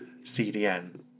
CDN